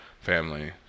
family